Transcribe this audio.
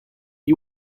you